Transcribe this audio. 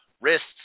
wrists